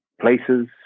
places